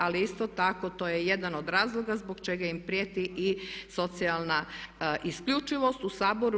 Ali isto tako to je jedan od razloga zbog čega im prijeti i socijalna isključivost u Saboru.